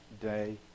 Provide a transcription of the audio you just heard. day